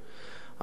אבל אני עד,